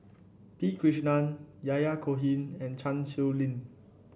P Krishnan Yahya Cohen and Chan Sow Lin